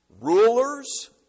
Rulers